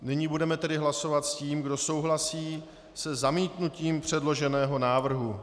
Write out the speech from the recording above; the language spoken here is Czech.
Nyní budeme tedy hlasovat o tom, kdo souhlasí se zamítnutím předloženého návrhu.